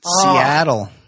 Seattle